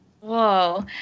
Whoa